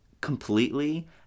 completely